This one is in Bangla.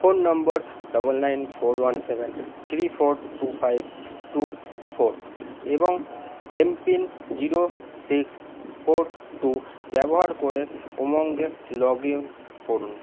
phone number double nine four one seven three four two five two four এবং M PIN zero six four two ব্যবহার করে উমঙে লগ ইন করুন